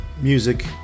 Music